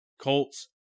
Colts